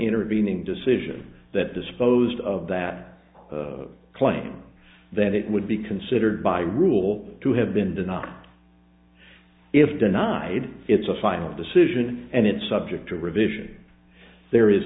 intervening decision that disposed of that claim that it would be considered by rule to have been denied if denied it's a final decision and it's subject to revision there is